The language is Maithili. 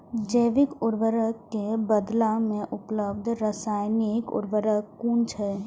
जैविक उर्वरक के बदला में उपलब्ध रासायानिक उर्वरक कुन छै?